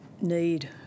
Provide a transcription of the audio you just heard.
need